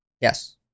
Yes